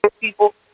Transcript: people